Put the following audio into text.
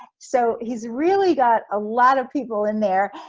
so he's really got a lot of people in there.